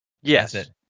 yes